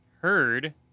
heard